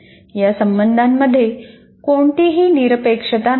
या संबंधांमध्ये कोणतीही निरपेक्षता नाही